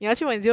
恶心